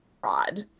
Fraud